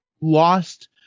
lost